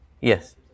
Yes